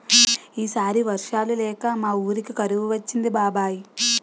ఈ సారి వర్షాలు లేక మా వూరికి కరువు వచ్చింది బాబాయ్